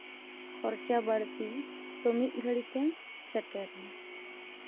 ᱠᱷᱚᱨᱪᱟ ᱵᱟᱹᱲᱛᱤ ᱛᱚ ᱢᱤᱫ ᱜᱷᱟᱹᱲᱤᱡ ᱛᱮᱢ ᱥᱮᱴᱮᱨᱟ